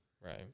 Right